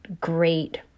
great